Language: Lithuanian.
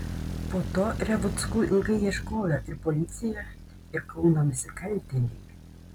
po to revuckų ilgai ieškojo ir policija ir kauno nusikaltėliai